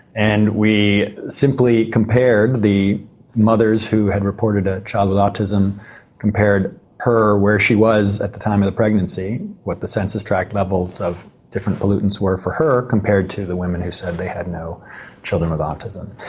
and we simply compared the mothers who had reported a child with autism compared her where she was at the time of the pregnancy, what the census tract levels of different pollutants were for her compared to the women who said they had no children with autism.